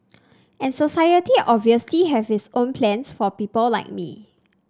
and society obviously have its own plans for people like me